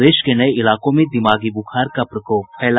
प्रदेश के नये इलाकों में दिमागी बुखार का प्रकोप फैला